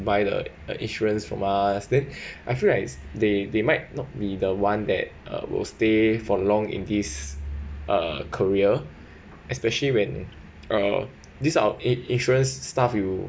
buy the insurance from us then I feel likes they they might not be the one that uh will stay for long in this uh career especially when uh these are in~ insurance stuff will